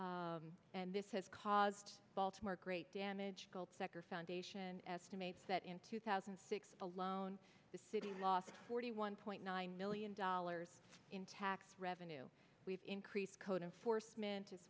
results and this has caused baltimore great damage cult secor foundation estimates that in two thousand and six alone the city lost forty one point nine million dollars in tax revenue we've increased code enforcement as